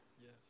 Yes